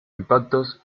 impactos